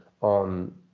on